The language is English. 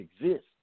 exist